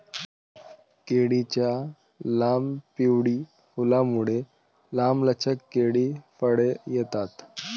केळीच्या लांब, पिवळी फुलांमुळे, लांबलचक केळी फळे येतात